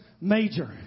major